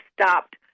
stopped